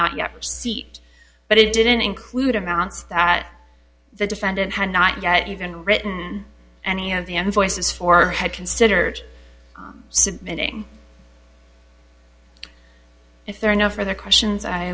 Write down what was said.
not yet seat but it didn't include amounts that the defendant had not yet even written any of the end voices for had considered submitting if there are enough for the questions i